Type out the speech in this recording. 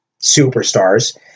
superstars